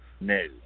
No